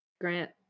Grant